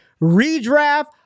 redraft